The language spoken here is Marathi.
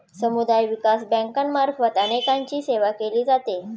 समुदाय विकास बँकांमार्फत अनेकांची सेवा केली जाते